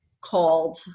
called